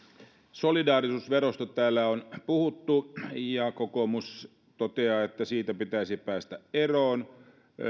solidaarisuusverosta täällä on puhuttu ja kokoomus toteaa että siitä pitäisi päästä eroon